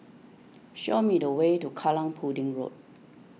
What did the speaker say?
show me the way to Kallang Pudding Road